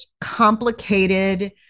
complicated